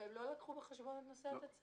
והם לא לקחו בחשבון את נושא התצ"ר?